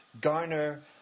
garner